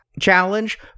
challenge